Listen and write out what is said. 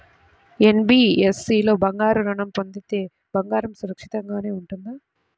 NBFC లో బంగారు ఋణం పొందితే బంగారం సురక్షితంగానే ఉంటుందా?